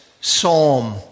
Psalm